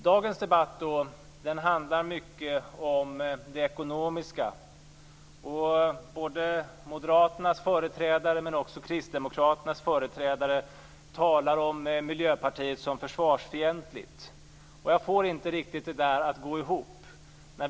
Dagens debatt handlar mycket om det ekonomiska, och både Moderaternas företrädare och Kristdemokraternas företrädare talar om Miljöpartiet som försvarsfientligt. Och jag får inte riktigt det där att gå ihop.